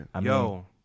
Yo